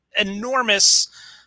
enormous